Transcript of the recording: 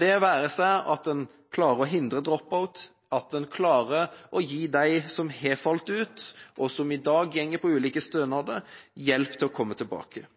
det være seg ved å klare å hindre drop-out eller ved å klare å gi dem som har falt ut, og som i dag går på ulike stønader, hjelp til å komme tilbake.